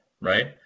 right